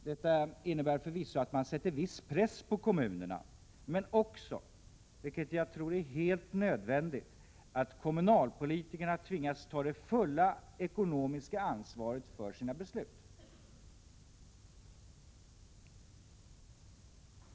Detta innebär förvisso att man sätter viss press på kommunerna men också, vilket jag tror är helt nödvändigt, att kommunalpolitikerna tvingas ta det fulla ekonomiska ansvaret för sina beslut.